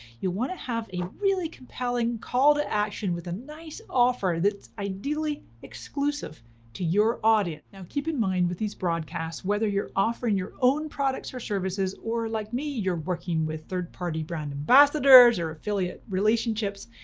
you'll want to have a really compelling call to action with a nice offer that's ideally exclusive to your audience. now keep in mind with these broadcasts, whether you're offering your own products or services or, like me, you're working with third party brand ambassadors or affiliate relationships,